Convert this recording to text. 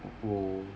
!wow!